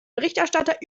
berichterstatter